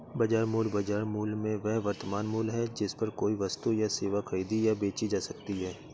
बाजार मूल्य, बाजार मूल्य में वह वर्तमान मूल्य है जिस पर कोई वस्तु या सेवा खरीदी या बेची जा सकती है